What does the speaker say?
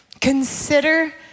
Consider